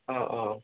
অঁ অঁ